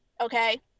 okay